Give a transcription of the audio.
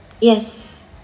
Yes